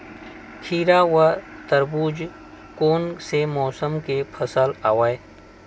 खीरा व तरबुज कोन से मौसम के फसल आवेय?